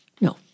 No